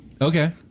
Okay